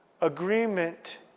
agreement